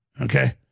okay